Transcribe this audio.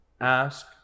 ask